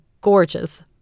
gorgeous